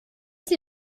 sie